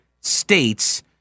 states